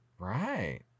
right